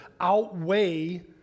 outweigh